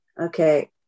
Okay